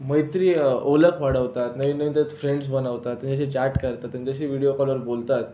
मैत्री ओळख वाढवतात नवीन नवीन त्यात फ्रेंड्स बनवतात हे जे चाट करतात त्यांच्याशी विडिओ कॉलवर बोलतात